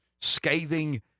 scathing